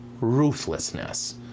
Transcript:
ruthlessness